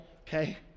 Okay